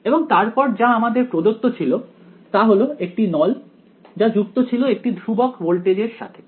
এবং তারপর যা আমাদের প্রদত্ত ছিল তা হল একটি নল যা যুক্ত ছিল একটি ধ্রুব ভোল্টেজ এর সাথে